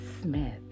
Smith